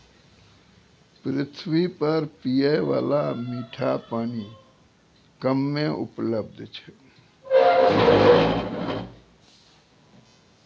पृथ्वी पर पियै बाला मीठा पानी कम्मे उपलब्ध छै